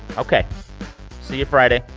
ok. see you friday.